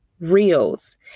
reels